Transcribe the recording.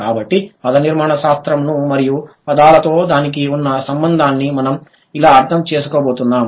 కాబట్టి పదనిర్మాణ శాస్త్రంను మరియు పదాలతో దానికి ఉన్న సంబంధాన్ని మనం ఇలా అర్థం చేసుకోబోతున్నాం